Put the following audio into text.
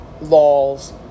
laws